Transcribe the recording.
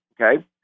Okay